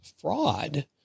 fraud